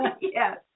Yes